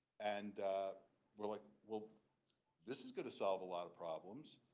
and we're, like, well this is going to solve a lot of problems.